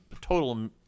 total